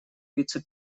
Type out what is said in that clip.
вице